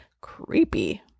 creepy